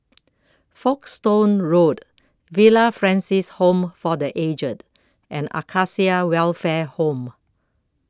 Folkestone Road Villa Francis Home for the Aged and Acacia Welfare Home